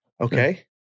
Okay